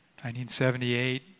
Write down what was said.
1978